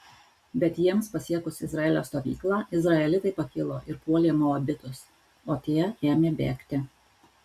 bet jiems pasiekus izraelio stovyklą izraelitai pakilo ir puolė moabitus o tie ėmė bėgti